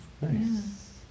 Nice